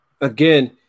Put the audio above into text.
again